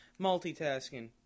Multitasking